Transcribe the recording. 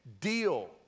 deal